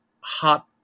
hot